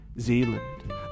Zealand